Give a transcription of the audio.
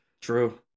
True